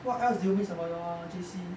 what else do you miss about your J_C